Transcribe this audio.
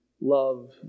love